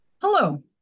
Hello